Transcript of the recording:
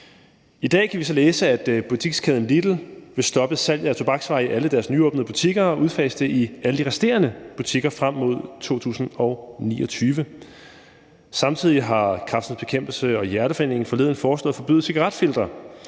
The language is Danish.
I dag kan vi så læse, at butikskæden Lidl vil stoppe salget af tobaksvarer i alle deres nyåbnede butikker og udfase det i alle de resterende butikker frem mod 2029. Samtidig har Kræftens Bekæmpelse og Hjerteforeningen forleden foreslået at forbyde cigaretfiltre,